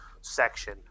section